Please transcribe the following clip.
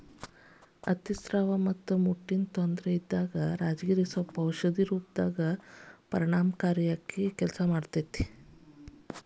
ಅತಿಸ್ರಾವ ಮತ್ತ ಮುಟ್ಟಿನ ತೊಂದರೆ ಇದ್ದಾಗ ರಾಜಗಿರಿ ಸೊಪ್ಪು ಔಷಧಿ ರೂಪದಾಗ ಪರಿಣಾಮಕಾರಿಯಾಗಿ ಕೆಲಸ ಮಾಡ್ತೇತಿ